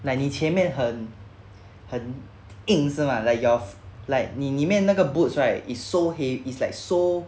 like 你前面很很硬是吗 like your like 你里面那个 boots right is so hea~ is like so